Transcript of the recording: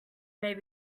may